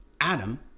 Adam